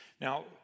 Now